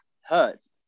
hurts